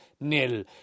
nil